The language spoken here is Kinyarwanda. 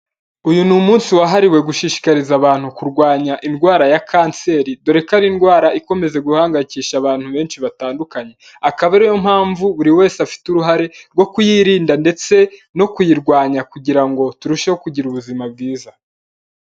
Uyu ni umunsi wahariwe gushishikariza abantu kurwanya indwara ya kanseri dore ko ari indwara ikomeje guhangayikisha abantu benshi batandukanye, akaba ariyo mpamvu buri wese afite uruhare rwo kuyirinda ndetse no kuyirwanya kugira ngo turusheho kugira ubuzima bwiza.